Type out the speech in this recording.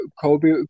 Kobe